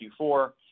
Q4